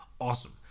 awesome